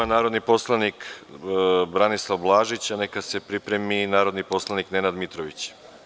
Reč ima narodni poslanik Branislav Blažić, a neka se pripremi narodni poslanik Nenad Mitrović.